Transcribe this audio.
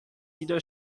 jeder